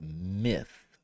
myth